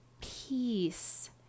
peace